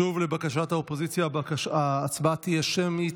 שוב, לבקשת האופוזיציה, ההצבעה תהיה שמית.